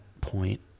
point